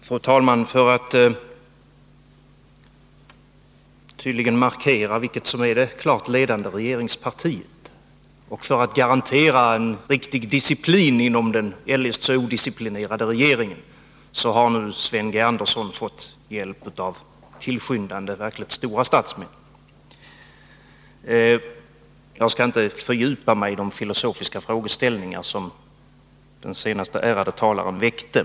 Fru talman! För att tydligt markera vilket som är det klart ledande regeringspartiet och garantera en riktig disciplin inom den eljest så odisciplinerade regeringen har Sven Andersson nu fått hjälp av tillskyndande verkligt stora statsmän. Jag skall inte fördjupa mig i de filosofiska frågeställningar som den senaste ärade talaren väckte.